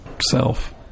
self